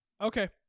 Okay